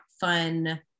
fun